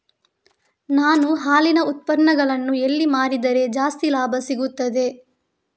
ನಾನು ಹಾಲಿನ ಉತ್ಪನ್ನಗಳನ್ನು ಎಲ್ಲಿ ಮಾರಿದರೆ ಜಾಸ್ತಿ ಲಾಭ ಸಿಗುತ್ತದೆ?